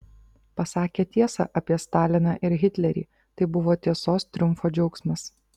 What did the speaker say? pasakė tiesą apie staliną ir hitlerį tai buvo tiesos triumfo džiaugsmas